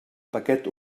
paquet